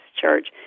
church